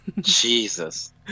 Jesus